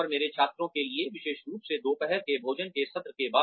और मेरे छात्रों के लिए विशेष रूप से दोपहर के भोजन के सत्र के बाद